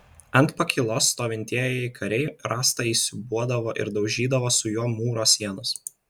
ant pakylos stovintieji kariai rąstą įsiūbuodavo ir daužydavo su juo mūro sienas